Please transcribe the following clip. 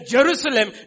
Jerusalem